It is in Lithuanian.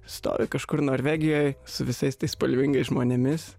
stovi kažkur norvegijoj su visais tais spalvingais žmonėmis